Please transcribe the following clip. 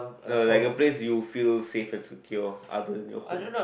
no like a place you feel safe and secure other than your home